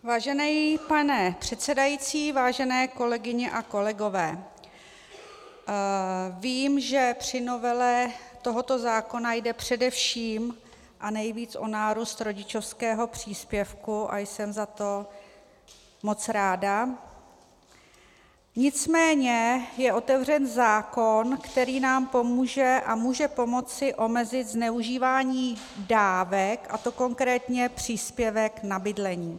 Vážený pane předsedající, vážené kolegyně a kolegové, vím, že při novele tohoto zákona jde především a nejvíc o nárůst rodičovského příspěvku, a jsem za to moc ráda, nicméně je otevřen zákon, který nám pomůže a může pomoci omezit zneužívání dávek, a to konkrétně příspěvku na bydlení.